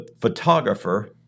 photographer